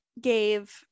gave-